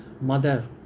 mother